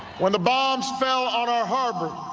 when the bombs fell on our harbor